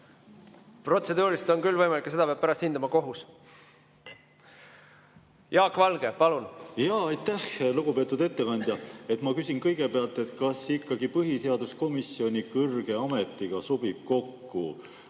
Protseduuriliselt on küll võimalik ja seda peab pärast hindama kohus. Jaak Valge, palun! Aitäh! Lugupeetud ettekandja! Ma küsin kõigepealt, kas põhiseaduskomisjoni [esimehe] kõrge ametiga sobib kokku